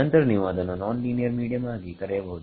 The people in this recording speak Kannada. ನಂತರ ನೀವು ಅದನ್ನು ನಾನ್ ಲೀನಿಯರ್ ಮೀಡಿಯಂ ಆಗಿ ಕರೆಯಬಹುದು